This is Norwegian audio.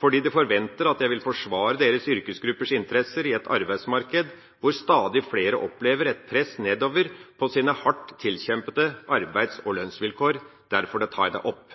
fordi de forventer at jeg vil forsvare deres yrkesgruppers interesser i et arbeidsmarked hvor stadig flere opplever et press nedover på sine hardt tilkjempede arbeids- og lønnsvilkår, å ta det opp.